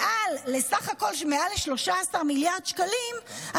מסך הכול של מעל 13 מיליארד שקלים,